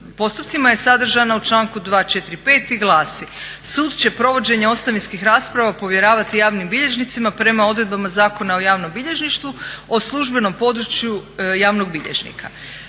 postupcima je sadržana u članku 245. i glasi: "Sud će provođenje ostavinskih rasprava povjeravati javnim bilježnicima prema odredbama Zakona o javnom bilježništvu o službenom području javnog bilježnika."